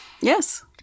Yes